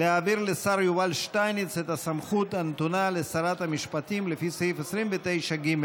להעביר לשר יובל שטייניץ את הסמכות הנתונה לשרת המשפטים לפי סעיף 29(ג)